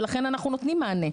ולכן אנחנו נותנים מענה.